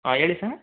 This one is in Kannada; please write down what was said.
ಹಾಂ ಹೇಳಿ ಸರ್